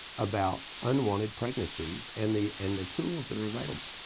about unwanted pregnancies and the and the tools that are available.